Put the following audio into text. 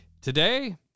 Today